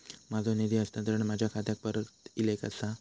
माझो निधी हस्तांतरण माझ्या खात्याक परत इले आसा